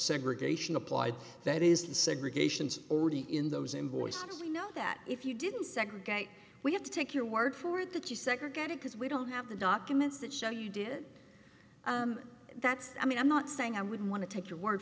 segregation applied that is the segregations already in those invoices because we know that if you didn't segregate we have to take your word for it that you segregated because we don't have the documents that show you did that's i mean i'm not saying i wouldn't want to take your word